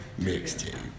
mixtape